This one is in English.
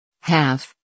Half